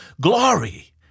glory